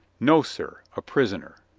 no, sir a prisoner.